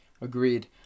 Agreed